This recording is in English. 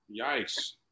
Yikes